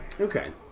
Okay